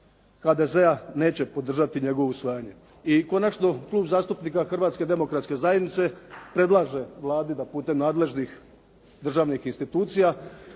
HDZ-a neće podržati njegovo usvajanje. I konačno, Klub zastupnika Hrvatske demokratske zajednice predlaže Vladi da putem nadležnih državnih institucija